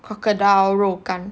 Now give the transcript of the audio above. crocodile 肉干